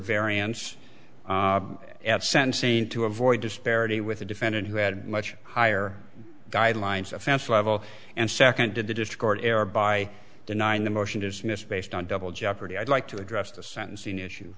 variance at sensing to avoid disparity with a defendant who had much higher guidelines offense level and seconded the dischord error by denying the motion to dismiss based on double jeopardy i'd like to address the sentencing issue